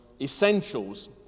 essentials